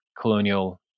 colonial